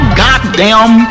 goddamn